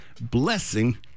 Blessing